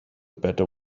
better